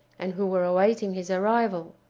and who were awaiting his arrival.